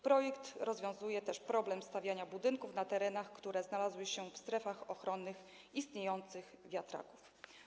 Projekt rozwiązuje też problem stawiania budynków na terenach, które znalazły się w strefach ochronnych istniejących wiatraków.